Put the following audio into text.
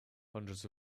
hundreds